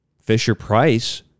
Fisher-Price